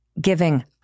giving